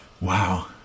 wow